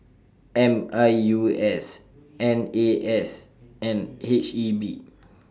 M U I S N A S and H E B